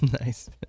Nice